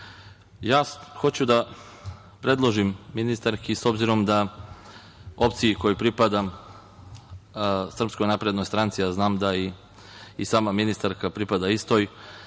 države. Hoću da predložim ministarki, s obzirom opciji kojoj pripadam, Srpskoj naprednoj stranci, a znam da i sama ministarka pripada istoj,